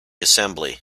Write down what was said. assembly